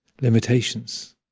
limitations